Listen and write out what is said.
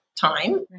time